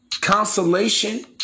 consolation